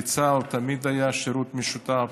בצה"ל תמיד היה שירות משותף.